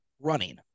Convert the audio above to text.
Running